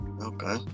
Okay